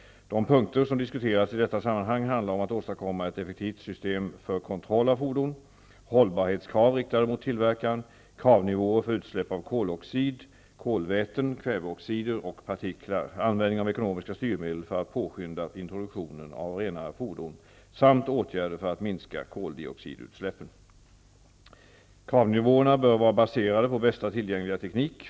De punkter som har diskuterats i detta sammanhang handlar om att åstadkomma ett effektivt system för kontroll av fordon, hållbarhetskrav riktade mot tillverkaren, kravnivåer för utsläpp av koloxid, kolväten, kväveoxider och partiklar, användning av ekonomiska styrmedel för att påskynda introduktionen av renare fordon samt åtgärder för att minska koldioxidutsläppen. Kravnivåerna bör vara baserade på bästa tillgängliga teknik.